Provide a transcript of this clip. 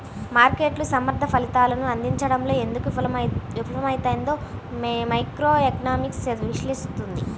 మార్కెట్లు సమర్థ ఫలితాలను అందించడంలో ఎందుకు విఫలమవుతాయో మైక్రోఎకనామిక్స్ విశ్లేషిస్తుంది